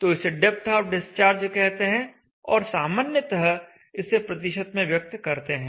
तो इसे depth of discharge कहते हैं और सामान्यतः इसे प्रतिशत में व्यक्त करते हैं